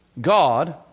God